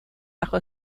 bajo